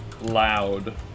loud